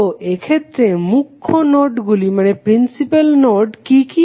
তো এক্ষেত্রে মুখ্য নোডগুলি কি কি